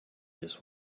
this